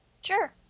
Sure